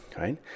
right